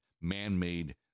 man-made